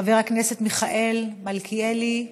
חבר הכנסת מיכאל מלכיאלי,